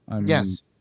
Yes